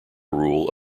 rule